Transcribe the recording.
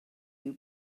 you